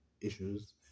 issues